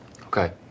Okay